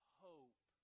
hope